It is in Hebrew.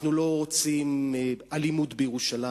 אנחנו לא רוצים אלימות בירושלים.